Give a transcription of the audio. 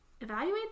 evaluate